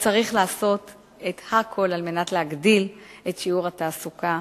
שצריך לעשות את הכול על מנת להגדיל את שיעור התעסוקה